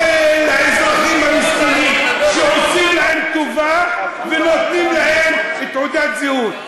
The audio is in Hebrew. אלה האזרחים המסכנים שעושים להם טובה ונותנים להם תעודת זהות.